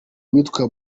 uwitwa